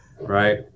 right